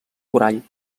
corall